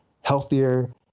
healthier